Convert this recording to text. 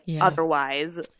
Otherwise